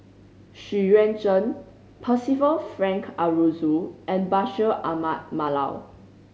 Xu Yuan Zhen Percival Frank Aroozoo and Bashir Ahmad Mallal